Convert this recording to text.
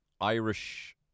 irish